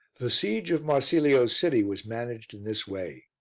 the siege of marsilio's city was managed in this way.